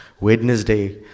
Wednesday